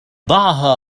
ضعها